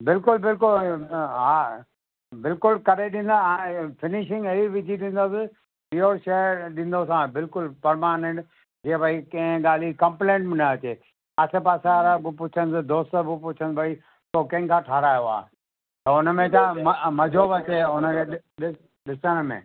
बिल्कुलु बिल्कुलु हा बिल्कुलु करे ॾींदो हा फ़िनीशिंग अहिड़ी विझी ॾींदासीं प्योर शइ ॾींदोसाव बिल्कुलु पर्मानेंट जीअं भई कंहिं ॻाल्हि जी कंप्लेन न अचे आसे पासे वारा बि पुछनि दोस्त बि पुछनि भई तो कंहिंखां ठहारायो आहे त हुनमें छा म मजो बि अचे उनखे ॾ ॾ ॾिसण में